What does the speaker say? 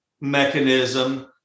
mechanism